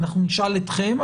ואנחנו נשאל אתכם,